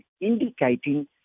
indicating